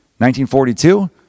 1942